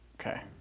Okay